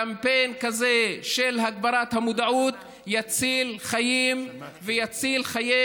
קמפיין כזה של הגברת המודעות יציל חיים ויציל את חיי